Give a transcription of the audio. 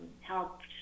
helped